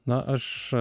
na aš